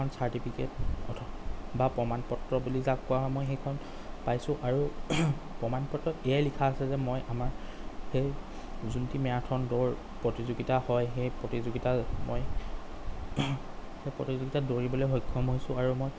কাৰণ চাৰ্টিফিকেট বা প্ৰমাণপত্ৰ বুলি যাক কোৱা হয় মই সেইখন পাইছোঁ আৰু প্ৰমাণপত্ৰত এইয়াই লিখা আছে যে মই আমাৰ সেই যোনটি মেৰাথন দৌৰ প্ৰতিযোগিতা হয় সেই প্ৰতিযোগিতাত মই সেই প্ৰতিযোগিতাত দৌৰিবলৈ সক্ষম হৈছোঁ আৰু মই